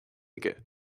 aige